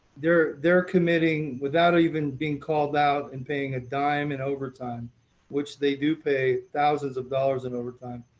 they're they're committing without even being called out and paying a dime in overtime which they do pay thousands of dollars in overtime,